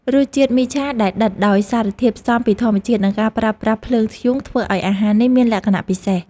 រសជាតិមីឆាដែលដិតដោយសារធាតុផ្សំពីធម្មជាតិនិងការប្រើប្រាស់ភ្លើងធ្យូងធ្វើឱ្យអាហារនេះមានលក្ខណៈពិសេស។